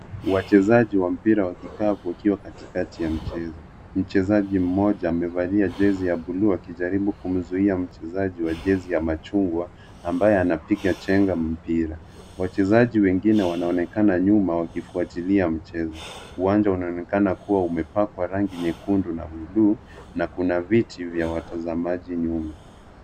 Wachezaji wa mpira wa kikapu wakiwa katikati ya mchezo. Mchezaji mmoja amevalia jezi ya bluu akijaribu kumzuia mchezaji wa jezi ya machungwa ambaye anapiga chenga mpira. Wachezaji wengine wanaonekana nyuma wakifuatilia mchezo. Uwanja unaonekana kuwa umepakwa rangi nyekundu na bluu na kuna viti vya watazamaji nyuma.